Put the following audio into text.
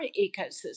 ecosystem